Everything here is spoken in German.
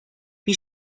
wie